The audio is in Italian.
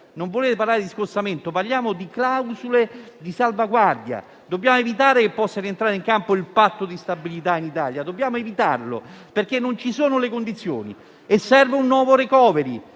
non volete parlare di scostamento, parliamo di clausole di salvaguardia: dobbiamo evitare che possa rientrare in campo il patto di stabilità in Italia, perché non ci sono le condizioni. Serve un nuovo *recovery